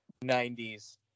90s